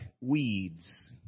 weeds